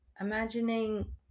imagining